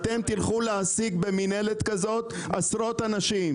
אתם תלכו להעסיק במנהלת כזאת עשרות אנשים.